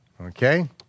Okay